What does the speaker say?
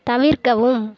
தவிர்க்கவும்